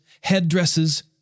headdresses